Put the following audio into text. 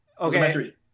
Okay